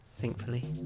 thankfully